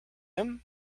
him